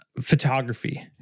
photography